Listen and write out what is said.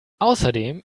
außerdem